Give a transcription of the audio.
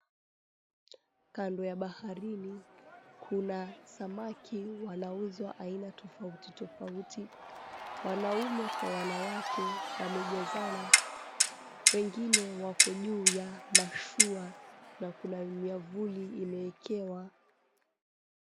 Kando ya baharini kuna samaki wanaouzwa aina tofautitofauti wanaume kwa wanawake wamejazana, wengine wako juu ya mashua na kuna miavuli imeekewa.